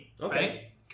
Okay